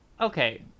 Okay